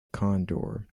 condor